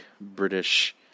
British